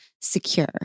secure